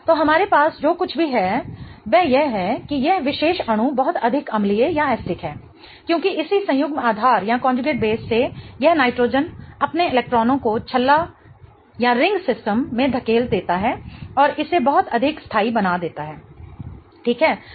तो हमारे पास जो कुछ भी है वह यह है कि यह विशेष अणु बहुत अधिक अम्लीय है क्योंकि इसी संयुग्म आधार से यह नाइट्रोजन अपने इलेक्ट्रॉनों को छल्ला सिस्टम में धकेल देता है और इसे बहुत अधिक स्थाई बना देता है ठीक है